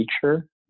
feature